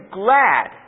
glad